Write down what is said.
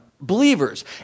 believers